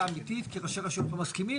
אמיתית כי ראשי רשויות לא מסכימים,